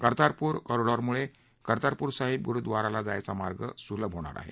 कर्तारपूर कॉरिडॉरम्ळे कर्तारपूर साहिब ग्रुद्वाराला जायचा मार्ग स्लभ होणार आहे